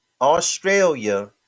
Australia